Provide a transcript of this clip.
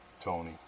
Tony